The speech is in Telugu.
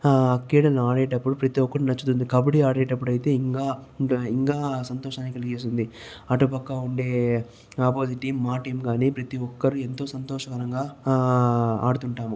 క్రీడను ఆడేటప్పుడు ప్రతి ఒక్కరు నచ్చుతుంది కబడ్డీ ఆడేటప్పుడు అయితే ఇంకా ఇంకా సంతోషాన్ని కలిగిస్తుంది అటుపక్క ఉండే ఆపోజిట్ టీం మా టీం కాని ప్రతి ఒక్కరు ఎంతో సంతోషకరంగా ఆడుతుంటాము